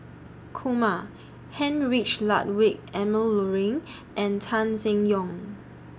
Kumar Heinrich Ludwig Emil Luering and Tan Seng Yong